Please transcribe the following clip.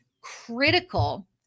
critical